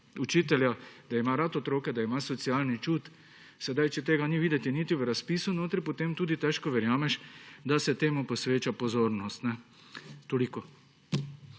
ima rad otroke, ima socialni čut. Če tega ni videti niti v razpisu, potem težko verjameš, da se temu posveča pozornost. Toliko.